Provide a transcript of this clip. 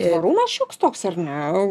orumas šioks toks ar ne